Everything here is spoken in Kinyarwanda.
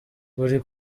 buri